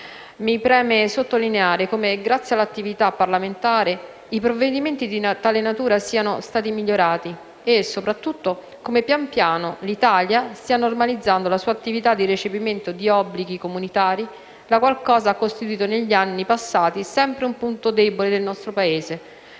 Mi preme sottolineare come, grazie all'attività parlamentare, i provvedimenti di tale natura siano stati migliorati e, soprattutto, come pian piano l'Italia stia normalizzando la sua attività di recepimento degli obblighi comunitari, la qual cosa ha costituito negli anni passati sempre un punto debole del nostro Paese,